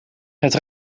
het